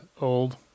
old